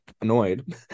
annoyed